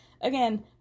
again